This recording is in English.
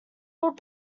would